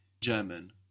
German